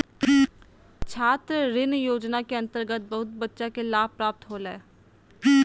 छात्र ऋण योजना के अंतर्गत बहुत बच्चा के लाभ प्राप्त होलय